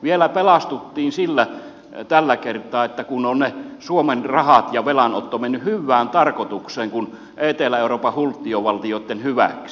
vielä pelastuttiin tällä kertaa sillä että ne suomen rahat ja velanotto ovat menneet hyvään tarkoitukseen etelä euroopan hulttiovaltioitten hyväksi